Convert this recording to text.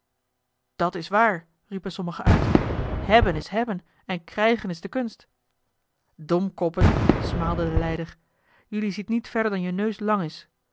dat is waar riepen sommigen uit hebben is hebben en krijgen is de kunst domkoppen smaalde de leider jelui ziet niet verder dan je neus lang is